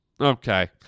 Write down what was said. okay